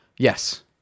Yes